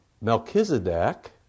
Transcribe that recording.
Melchizedek